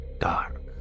dark